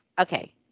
okay